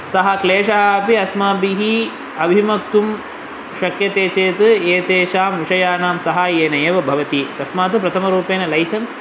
सः क्लेशः अपि अस्माभिः अभिवक्तुं शक्यते चेत् एतेषां विषयाणां साहाय्येनेव भवति तस्मात् प्रथमरूपेण लैसेन्स्